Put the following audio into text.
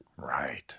Right